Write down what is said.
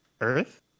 Earth